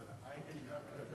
נמנעים,